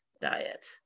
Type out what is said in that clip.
diet